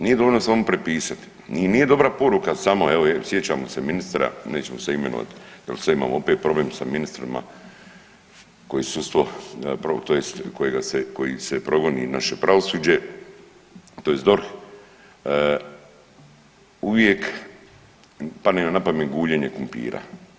Nije dovoljno samo prepisati, nije dobra poruka samo evo, sjećamo se ministra, nećemo sad imenovati jer sad imamo opet problem sa ministrima, koji sudstvo tj. kojega se, koji se progoni naše pravosuđe, tj. DORH, uvijek padne mi napamet guljenje kumpira.